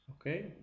Okay